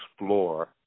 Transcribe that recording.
explore